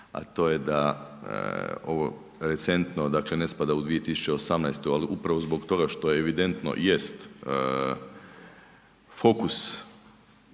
a to je da ovo recentno ne spada u 2018., ali upravo zbog toga što je evidentno jest fokus